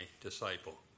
disciple